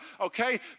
okay